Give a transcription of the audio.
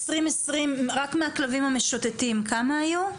2020 רק מהכלבים המשוטטים כמה היו?